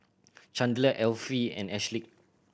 Chandler Elfie and Ashleigh